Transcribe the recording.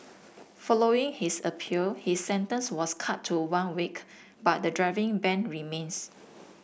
following his appeal his sentence was cut to one week but the driving ban remains